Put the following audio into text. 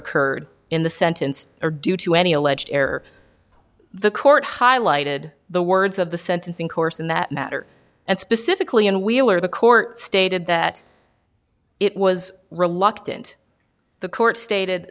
occurred in the sentence or due to any alleged error the court highlighted the words of the sentencing course in that matter and specifically in wheeler the court stated that it was reluctant the court stated